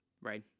right